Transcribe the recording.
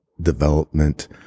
development